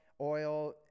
oil